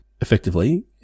effectively